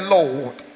Lord